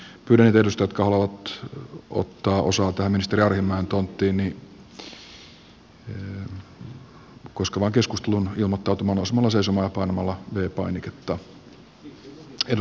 pyydän niitä edustajia jotka haluavat ottaa osaa tähän ministeri arhinmäen tonttia koskevaan keskusteluun ilmoittautumaan nousemalla seisomaan ja painamalla v painiketta